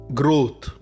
growth